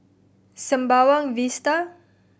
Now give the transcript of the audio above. Sembawang Vista